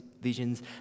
visions